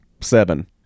seven